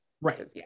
Right